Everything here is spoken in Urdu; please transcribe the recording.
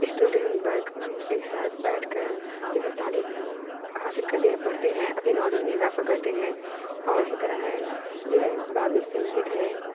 اسٹوڈینٹ برک ایک ساتھ بیٹھ کر جو ہے تعلیم حاصل کرتے ہیں پڑھتے ہیں اپنے نالج میں اضافہ کرتے ہیں اور اسی طرح ہیں جو ہے باب سید ہے